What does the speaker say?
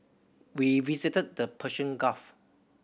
we visited the Persian Gulf